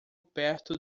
perto